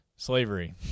Slavery